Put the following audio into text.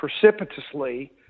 precipitously